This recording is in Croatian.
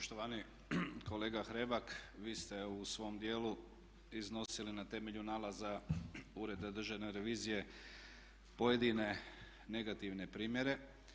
Poštovani kolega Hrebak, vi ste u svom dijelu iznosili na temelju nalaza Ureda državne revizije pojedine negativne primjere.